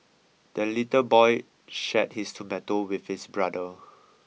the little boy shared his tomato with his brother